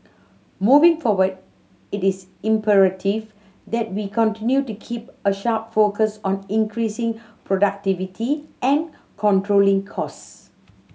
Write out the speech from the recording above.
moving forward it is imperative that we continue to keep a sharp focus on increasing productivity and controlling costs